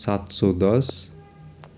सात सय दस